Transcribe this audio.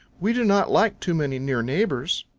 we do not like too many near neighbors.